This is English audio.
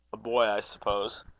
a boy, i suppose?